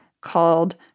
called